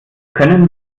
können